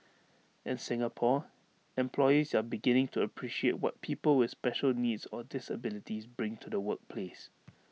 in Singapore employers are beginning to appreciate what people with special needs or disabilities bring to the workplace